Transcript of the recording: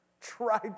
try